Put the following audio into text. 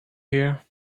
here